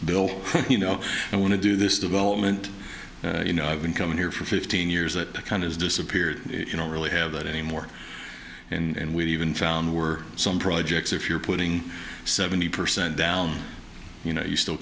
bill you know i want to do this development you know i've been coming here for fifteen years that kind of disappeared you don't really have that anymore and we've even found were some projects if you're putting seventy percent down you know you still